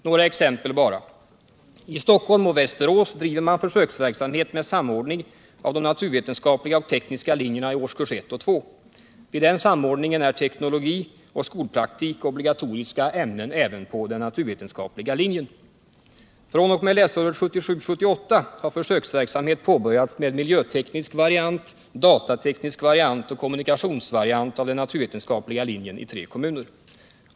Några exempel bara: I Stockholm och Västerås driver man försöksverksamhet med samordning av de naturvetenskapliga och tekniska linjerna i årskurserna 1 och 2. Vid den samordningen är teknologi och skolpraktik obligatoriska ämnen även på den naturvetenskapliga linjen. fr.o.m. läsåret 1977/78 har försöksverksamhet påbörjats med miljöteknisk variant, datateknisk variant och kommunikationsvariant av den naturvetenskapliga linjen i tre kommuner.